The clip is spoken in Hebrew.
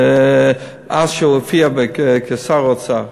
אז כשהוא הופיע כשר האוצר.